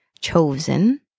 chosen